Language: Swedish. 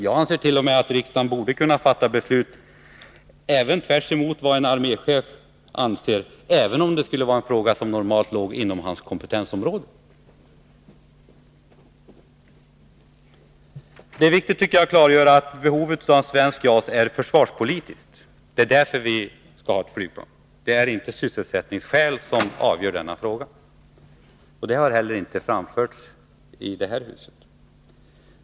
Jag anser t.o.m. att riksdagen borde kunna fatta beslut även tvärsemot vad en arméchef anser, även om det skulle vara en fråga som normalt ligger inom hans kompetensområde. Det är viktigt att klargöra att behovet att ett svenskt JAS är försvarspo litiskt. Det är därför vi skall ha ett flygplan. Det är inte sysselsättningsskäl som avgör denna fråga. Det har inte heller framförts i det här huset.